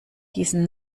diesen